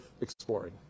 exploring